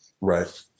right